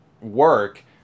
work